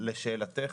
לשאלתך,